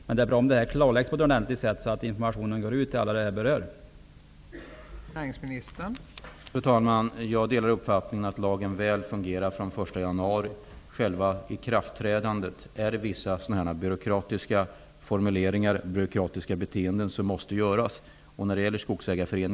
Men det är också bra om det klarläggs ordentligt så att informationen kan gå ut till dem som berörs av det här.